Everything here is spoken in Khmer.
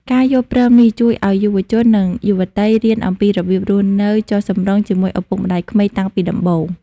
ការយល់ព្រមនេះជួយឱ្យយុវជន និងយុវតីរៀនអំពីរបៀបរស់នៅចុះសម្រុងជាមួយឪពុកម្ដាយក្មេកតាំងពីដំបូង។